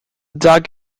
dog